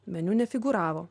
meniu nefigūravo